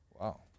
Wow